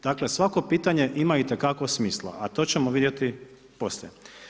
Dakle, svako pitanje ima itekako smisla a to ćemo vidjeti poslije.